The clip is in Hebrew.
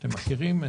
אתם מכירים,